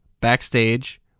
backstage